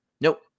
Nope